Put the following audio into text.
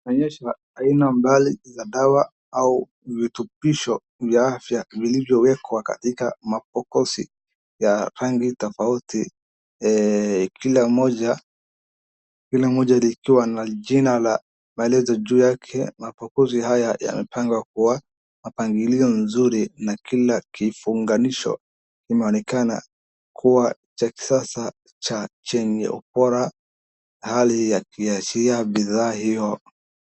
Inaonyesha aina mbali za dawa au vitupisho vya afya vilivyowekwa katika mapokosi ya rangi tofauti, kila moja likiwa na jina la maelezo juu yake. Mapokosi haya yamepangwa kwa mapangilio mazuri na kila kifunganisho kinaonekana kuwa cha kisasa chenye upora, hali ya kuashiria bidhaa hiyo.